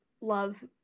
love